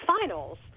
finals